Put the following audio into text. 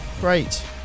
Great